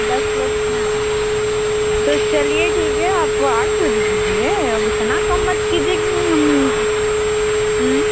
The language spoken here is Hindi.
दस लोग हैं तो चलिए ठीक है आप आठ सौ दे दीजिए अब इतना कम मत कीजिए कि हम